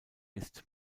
ist